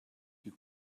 you